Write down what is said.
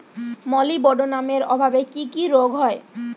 মলিবডোনামের অভাবে কি কি রোগ হয়?